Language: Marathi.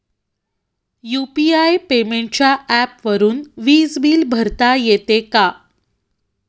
यु.पी.आय पेमेंटच्या ऍपवरुन वीज बिल भरता येते का?